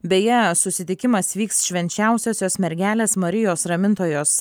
beje susitikimas vyks švenčiausiosios mergelės marijos ramintojos